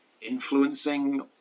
influencing